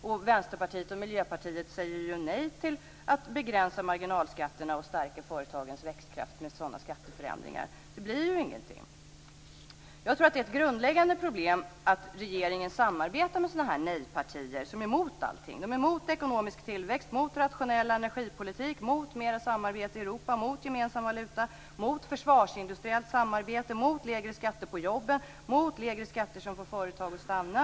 Och Vänsterpartiet och Miljöpartiet säger nej till att begränsa marginalskatterna och att stärka företagens växtkraft med sådana skatteförändringar, så det blir ju ingenting. Jag tror att det är ett grundläggande problem att regeringen samarbetar med sådana här nejpartier, som är emot allting. De är mot ekonomisk tillväxt, mot en rationell energipolitik och mot mera samarbete i Europa. De är mot gemensam valuta, mot försvarsindustriellt samarbete, mot lägre skatter på jobben och mot lägre skatter som får företag att stanna.